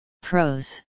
Pros